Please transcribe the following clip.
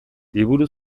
liburu